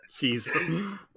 Jesus